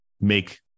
make